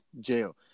jail